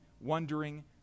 wondering